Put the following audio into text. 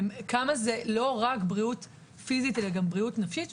כמה זה לא רק בריאות פיזית אלא גם בריאות נפשית.